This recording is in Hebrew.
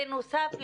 בנוסף לכך,